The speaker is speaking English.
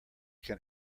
can